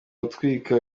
utwika